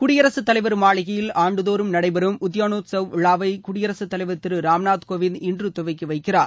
குடியரசுத் தலைவர் மாளிகையில் ஆண்டுதோறும் நடைபெறும் உத்யோனோத்சவ் விழாவை குடியரசுத் தலைவர் திரு ராம்நாத் கோவிந்த் இன்று துவக்கி வைக்கிறார்